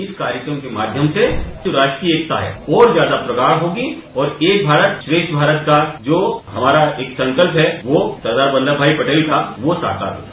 इस कार्यक्रम के माध्यम से जो राष्ट्रीय एकता है वो और ज्यादा प्रगाढ़ होगी और एक भारत श्रेष्ठ भारत का जो हमारा एक संकल्प है वो सरदार वल्लभ भाई पटेल का वो साकार होगा